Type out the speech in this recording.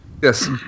Yes